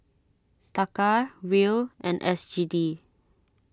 Taka Riel and S G D